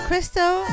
Crystal